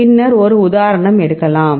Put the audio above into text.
பின்னர் ஒரு உதாரணம் எடுக்கலாம்